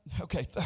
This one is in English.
okay